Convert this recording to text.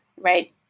right